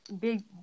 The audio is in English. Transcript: big